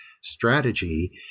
strategy